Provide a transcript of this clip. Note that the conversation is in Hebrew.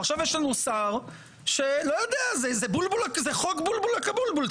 עכשיו יש לנו שר שמציע חוק בולבול הקבולבול.